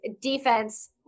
defense